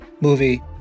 movie